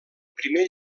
primer